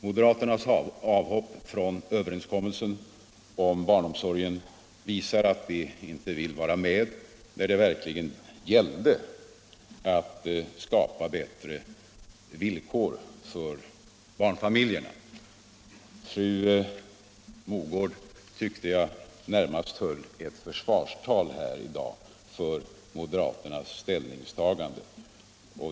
Moderaternas avhopp från överenskommelsen om barnomsorgen visar att de inte vill vara med när det verkligen gäller att skapa bättre villkor för barnfamiljerna. Fru Mogård höll, tyckte jag, närmast ett försvarstal i dag för moderaternas ställningstagande.